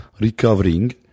recovering